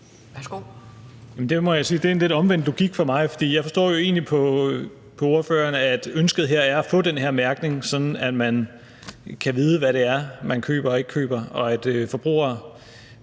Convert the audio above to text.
sige er en lidt omvendt logik for mig, for jeg forstår jo egentlig på ordføreren her, at ønsket er at få den her mærkning, sådan at man kan vide, hvad det er, man køber eller ikke køber, og sådan at forbrugerne